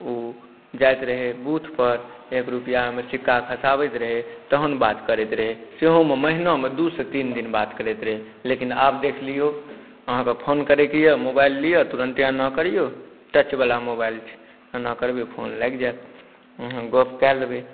ओ जाइत रहै बूथपर एक रुपैआ ओहिमे सिक्का खसाबैत रहै तहन बात करैत रहै सेहोमे महिनामे दुइसँ तीन दिन बात करैत रहै लेकिन आब देख लिऔ अहाँके फोन करैके अइ मोबाइल लिअ तुरन्ते एना करिऔ टचवला मोबाइल छै एना करबै फोन लागि जाएत गप कऽ लेबै